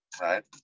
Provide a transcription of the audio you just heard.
right